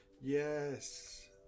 yes